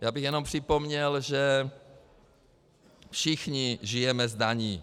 Já bych jenom připomněl, že všichni žijeme z daní.